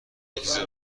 مکزیک